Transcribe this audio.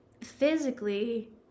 physically